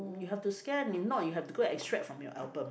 you have to scan if not you have to go extract from your album